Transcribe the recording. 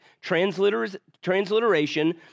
transliteration